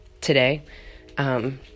today